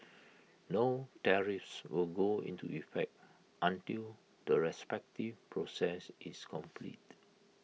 no tariffs will go into effect until the respective process is complete